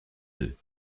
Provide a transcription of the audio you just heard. deux